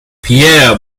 pierre